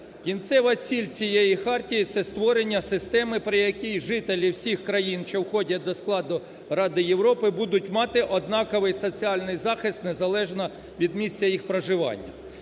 Кінцева ціль цієї хартії – це створення системи, при якій жителі всіх країни, що входять до складу Ради Європи, будуть мати однаковий соціальний захист незалежно від місця їх проживання.